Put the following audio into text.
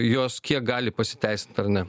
jos kiek gali pasiteisint ar ne